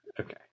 Okay